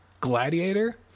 Gladiator